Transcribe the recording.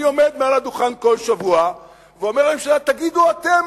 אני עומד מעל הדוכן כל שבוע ואומר לממשלה: תגידו אתם,